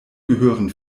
gehören